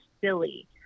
silly